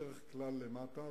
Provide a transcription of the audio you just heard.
בדרך כלל למטה,